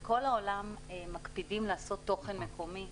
בכל העולם מקפידים לעשות תוכן מקומי.